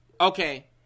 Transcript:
Okay